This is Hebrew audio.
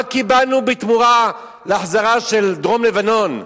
מה קיבלנו בתמורה להחזרה של דרום-לבנון?